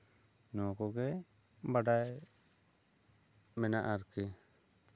ᱱᱚᱣᱟ ᱠᱚᱜᱮ ᱵᱟᱰᱟᱭ ᱢᱮᱱᱟᱜᱼᱟ ᱟᱨᱠᱤ